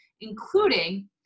including